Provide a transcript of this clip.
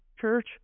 church